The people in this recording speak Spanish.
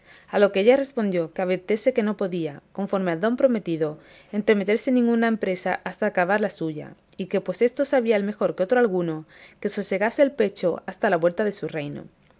a lo que ella respondió que advirtiese que no podía conforme al don prometido entremeterse en ninguna empresa hasta acabar la suya y que pues esto sabía él mejor que otro alguno que sosegase el pecho hasta la vuelta de su reino